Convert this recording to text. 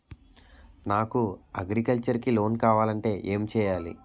నాకు అగ్రికల్చర్ కి లోన్ కావాలంటే ఏం చేయాలి?